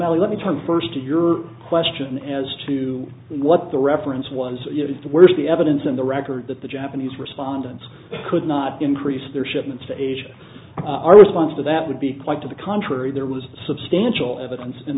o'malley let me turn first to your question as to what the reference once it is the worst the evidence in the record that the japanese respondents could not increase their shipments to asia our response to that would be quite to the contrary there was substantial evidence